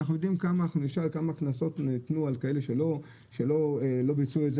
אנחנו יודעים כמה קנסות יינתנו על מי שלא יבצע את זה.